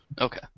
Okay